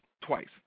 twice